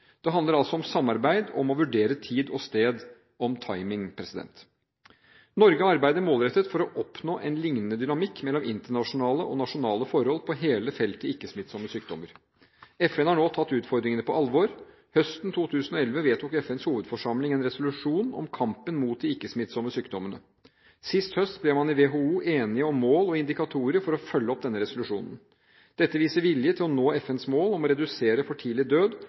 Det handler altså om samarbeid – og om å vurdere tid og sted, om timing. Norge arbeider målrettet for å oppnå en liknende dynamikk mellom internasjonale og nasjonale forhold på hele feltet ikke-smittsomme sykdommer. FN har nå tatt utfordringene på alvor. Høsten 2011 vedtok FNs hovedforsamling en resolusjon om kampen mot de ikke-smittsomme sykdommene. Sist høst ble man i WHO enige om mål og indikatorer for å følge opp denne resolusjonen. Dette viser vilje til å nå FNs mål om å redusere for tidlig død